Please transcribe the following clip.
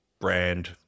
brand